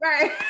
right